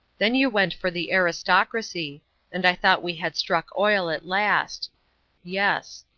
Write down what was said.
then you went for the aristocracy and i thought we had struck oil at last yes.